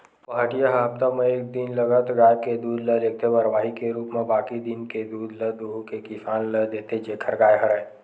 पहाटिया ह हप्ता म एक दिन लगत गाय के दूद ल लेगथे बरवाही के रुप म बाकी दिन के दूद ल दुहू के किसान ल देथे जेखर गाय हरय